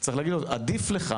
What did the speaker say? צריך להגיד לו, עדיף לך.